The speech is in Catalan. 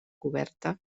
coberta